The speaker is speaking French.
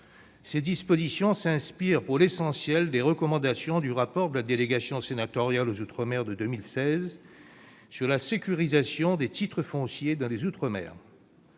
Ces dispositions s'inspirent, pour l'essentiel, des recommandations du rapport de la délégation sénatoriale aux outre-mer de 2016 sur la sécurisation des titres fonciers dans les outre-mer.